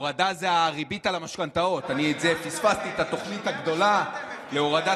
חוות הדעת של הייעוץ המשפטי כללה הסתייגות של הייעוץ